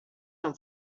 amb